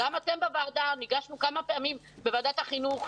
ניגשנו כמה פעמים בוועדת החינוך,